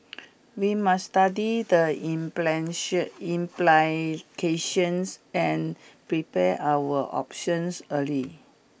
we must study the implications and prepare our options early